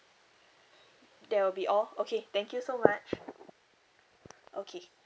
that will be all okay thank you so much okay